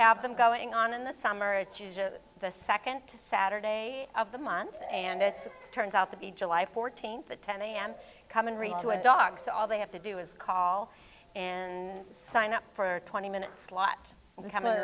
have them going on in the summer it's just the second saturday of the month and it turns out to be july fourteenth the ten am come and read to a dog so all they have to do is call and sign up for twenty minutes lot becom